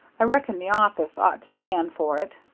i reckon the office ought to stand for it